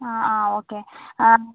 ആ ആ ഓക്കെ